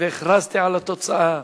והכרזתי על התוצאה.